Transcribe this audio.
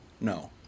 No